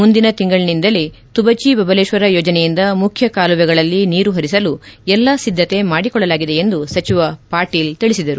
ಮುಂದಿನ ತಿಂಗಳನಿಂದಲ್ಲೇ ತುಬಚಿ ಬಬಲೇಶ್ವರ ಯೋಜನೆಯಿಂದ ಮುಖ್ಯ ಕಾಲುವೆಗಳಲ್ಲಿ ನೀರು ಪರಿಸಲು ಎಲ್ಲಾ ಸಿದ್ದತೆ ಮಾಡಿಕೊಳ್ಳಲಾಗಿದೆ ಎಂದು ಸಚಿವ ಪಾಟೀಲ್ ತಿಳಿಸಿದರು